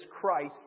Christ